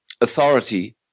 authority